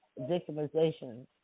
victimization